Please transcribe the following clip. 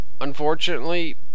unfortunately